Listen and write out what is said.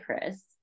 Chris